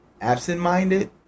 absent-minded